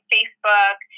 Facebook